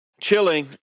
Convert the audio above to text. Chilling